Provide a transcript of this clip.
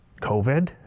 COVID